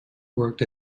worked